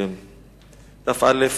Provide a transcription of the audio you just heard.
בת.א.